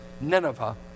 Nineveh